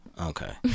Okay